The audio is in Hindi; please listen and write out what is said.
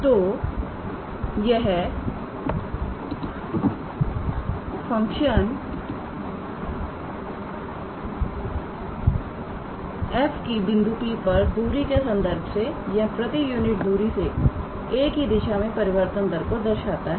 तो यह फंक्शन f की बिंदु P पर दूरी के संदर्भ से या प्रति यूनिट दूरी से 𝑎̂ की दिशा में परिवर्तन दर को दर्शाता है